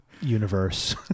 universe